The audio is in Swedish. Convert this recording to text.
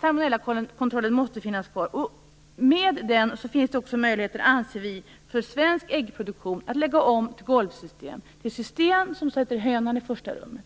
salmonellakontrollen måste finnas kvar. Med den finns också möjligheter för svensk äggproduktion att lägga om golvsystem till system som sätter hönan i första rummet.